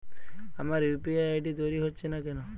আমার UPI ID তৈরি হচ্ছে না কেনো?